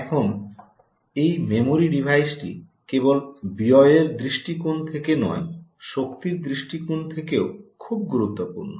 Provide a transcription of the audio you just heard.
এখন এই মেমরি ডিভাইসটি কেবল ব্যয়ের দৃষ্টিকোণ থেকে নয় শক্তির দৃষ্টিকোণ থেকেও খুব গুরুত্বপূর্ণ